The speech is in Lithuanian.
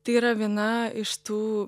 tai yra viena iš tų